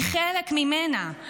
היא חלק ממנה.